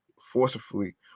forcefully